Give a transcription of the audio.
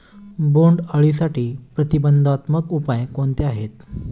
बोंडअळीसाठी प्रतिबंधात्मक उपाय कोणते आहेत?